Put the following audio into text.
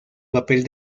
papel